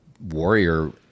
Warrior